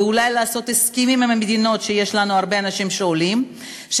ואולי לעשות הסכמים עם מדינות שיש לנו הרבה אנשים שעולים מהן,